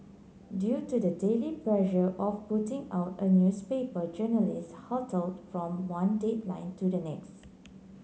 due to the daily pressure of putting out a newspaper journalists hurtled from one deadline to the next